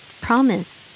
Promise